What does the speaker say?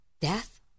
death